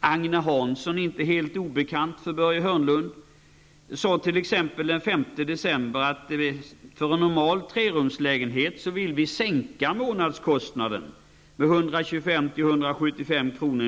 Agne Hansson, inte helt obekant för Börje Hörnlund, sade t.ex. den 5 december att centern ville sänka månadskostnaden för en normal trerumslägenhet med 125--175 kr.